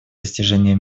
достижения